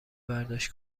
برداشت